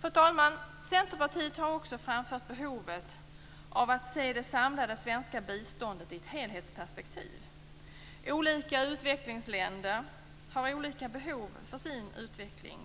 Fru talman! Centerpartiet har också framfört behovet av att se det samlade svenska biståndet i ett helhetsperspektiv. Olika utvecklingsländer har olika behov för sin utveckling.